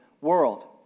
world